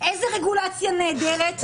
איזה רגולציה נהדרת?